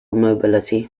mobility